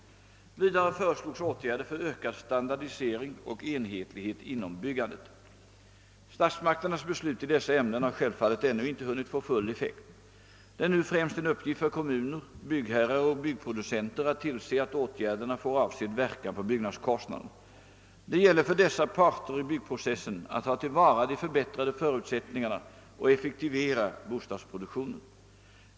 Vidare föreslogs åtgärder för ökad standardisering och enhetlighet inom byggandet. Statsmakternas beslut i dessa frågor har självfallet ännu inte hunnit få full effekt. Det är nu främst en uppgift för kommuner, byggherrar och byggproducenter att tillse att åtgärderna får avsedd verkan på byggnadskostnaderna. Det gäller för dessa parter i byggprocessen att ta till vara de förbättrade förutsättningarna och effektivera bostadsproduktionen.